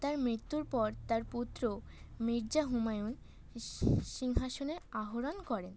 তার মৃত্যুর পর তার পুত্র মির্জা হুমায়ুন সিংহাসনের আরোহণ করেন